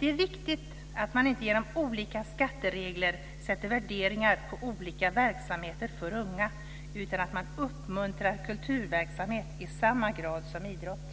Det är viktigt att man inte genom olika skatteregler sätter värderingar på olika verksamheter för unga, utan att man uppmuntrar kulturverksamhet i samma grad som idrott.